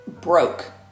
broke